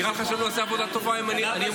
נראה לך שאני לא אעשה עבודה טובה אם אני אהיה?